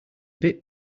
bit